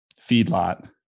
feedlot